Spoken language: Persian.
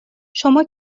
شما